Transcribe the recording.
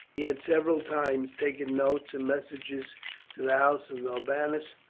he had several times taken notes and messages to the house of norbanus,